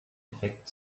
effekt